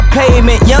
payment